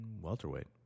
welterweight